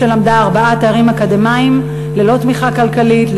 שלמדה לארבעה תארים אקדמיים ללא תמיכה כלכלית,